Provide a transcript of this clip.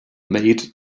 made